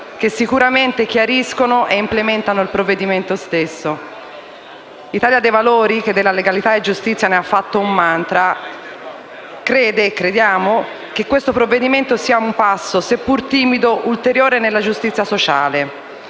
che sicuramente chiariscono ed implementano il provvedimento stesso. L'Italia dei valori, che di legalità e giustizia ha fatto un *mantra*, crede che questo provvedimento sia un passo ulteriore, seppur timido, verso la giustizia sociale.